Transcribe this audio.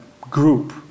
group